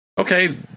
Okay